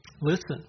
Listen